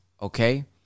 Okay